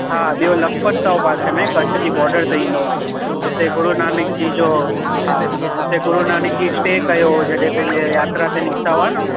हा ॿियों लखपत अथव पासे में कच्छ जी बॉर्डर ते ईंदो आहे हुते गुरुनानक जी जो हा हुते गुरुनानक जी स्टे कयो हुओ जॾहिं पंहिंजी यात्रा ते निकिता हुआ न